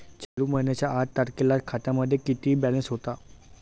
चालू महिन्याच्या आठ तारखेला खात्यामध्ये किती बॅलन्स होता?